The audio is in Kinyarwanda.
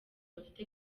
bafite